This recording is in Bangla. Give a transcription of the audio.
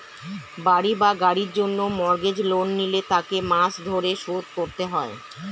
বাড়ি বা গাড়ির জন্য মর্গেজ লোন নিলে তাকে মাস ধরে শোধ করতে হয়